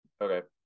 Okay